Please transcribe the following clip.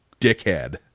dickhead